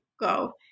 go